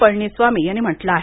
पळणीस्वामी यांनी म्हटलं आहे